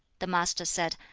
the master said,